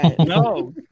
No